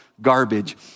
garbage